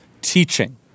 teaching